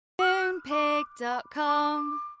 Moonpig.com